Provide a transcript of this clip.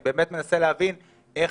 אני באמת מנסה להבין איך